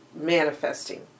manifesting